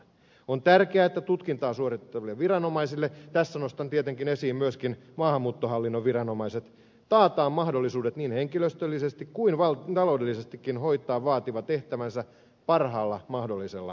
on tärkeää että tutkintaa suorittaville viranomaisille tässä nostan esiin tietenkin myöskin maahanmuuttohallinnon viranomaiset taataan mahdollisuudet niin henkilöstöllisesti kuin taloudellisestikin hoitaa vaativa tehtävänsä parhaalla mahdollisella tavalla